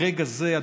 ברגע זה,